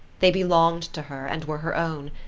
they belonged to her and were her own,